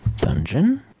dungeon